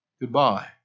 goodbye